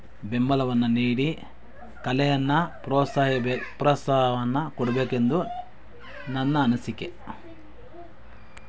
ಬೆಂಬಲವನ್ನು ನೀಡಿ ಕಲೆಯನ್ನು ಪ್ರೋತ್ಸಾಯಬೆ ಪ್ರೋತ್ಸಾಹವನ್ನು ಕೊಡಬೇಕೆಂದು ನನ್ನ ಅನಿಸಿಕೆ